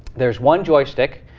there's one joystick.